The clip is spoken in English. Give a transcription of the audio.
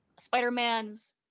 spider-man's